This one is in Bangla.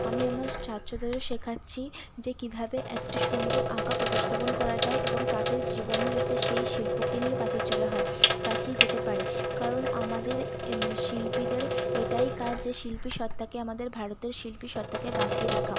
আমি আমার ছাত্রদেরও শেখাচ্ছি যে কীভাবে একটি সুন্দর আঁকা প্রতিস্থাপন করা যায় এবং তাতে জীবনও যাতে সেই শিল্পকে নিয়ে বাঁচিয়ে চলা হয় বাঁচিয়ে যেতে পারে কারণ আমাদের শিল্পীদের এটাই কাজ যে শিল্পী সত্ত্বাকে আমাদের ভারতের শিল্পীসত্ত্বাকে বাঁচিয়ে রাখা